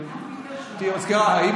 אני קובע שהצעת החוק עברה בקריאה הטרומית,